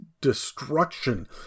destruction